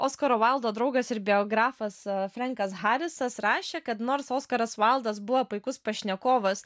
oskaro vaildo draugas ir biografas frenkas harisas rašė kad nors oskaras vaildas buvo puikus pašnekovas